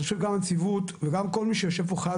אני חושב גם הנציבות וגם כל מי שיושב פה חייב